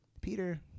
Peter